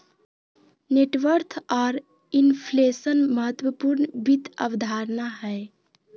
net worth आर inflation महत्वपूर्ण वित्त अवधारणा हय